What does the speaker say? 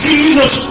Jesus